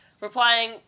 Replying